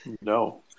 No